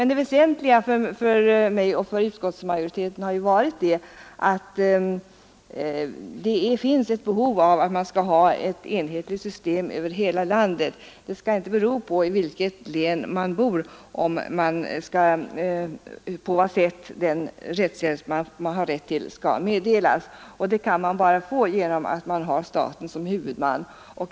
Det väsentliga för mig och utskottsmajoriteten har varit att det finns ett behov av ett enhetligt system över hela landet. Möjligheten att få rättshjälp skall inte vara beroende av i vilket län man bor. Staten bör därför vara huvudman.